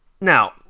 Now